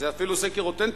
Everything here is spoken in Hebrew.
זה אפילו סקר אותנטי,